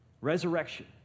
Resurrection